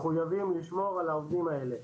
מחויבים לשמור על העובדים האלה.